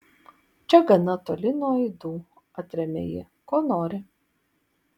čia gana toli nuo aidų atrėmė ji ko nori